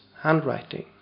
handwriting